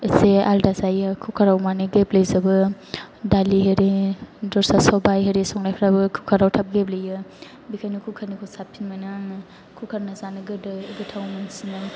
एसे आलादा जायो कुकार आव माने गेब्लेजोबो दालि आरि दस्रा सबाय आरि संनायफ्राबो कुकार आव थाब गेब्लेयो बेनिखायनो कुकार निखौ साबसिन मोनो आङो कुकार निखौ जानो गोदै गोथाव मोनसिनो